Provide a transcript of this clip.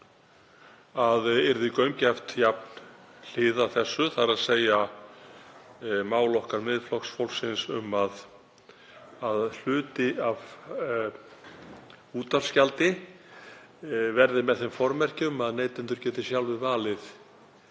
að yrði gaumgæft jafnhliða þessu, þ.e. mál okkar Miðflokksfólksins um að hluti af útvarpsgjaldi verði með þeim formerkjum að neytendur geti sjálfir valið